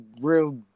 real